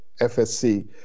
FSC